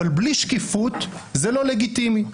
אבל בלי שקיפות זה לא לגיטימי.